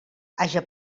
haja